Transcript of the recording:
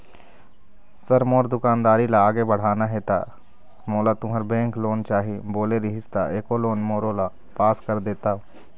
Sir मोर दुकानदारी ला आगे बढ़ाना हे ता मोला तुंहर बैंक लोन चाही बोले रीहिस ता एको लोन मोरोला पास कर देतव?